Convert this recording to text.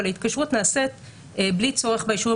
אבל ההתקשרות נעשית בלי צורך באישורים